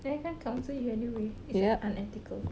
and I can't counsel you anyway it's unethical